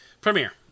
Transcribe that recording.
Premiere